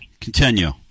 Continue